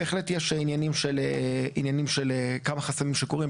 בהחלט יש עניינים של כמה חסמים שקורים,